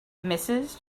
mrs